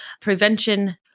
prevention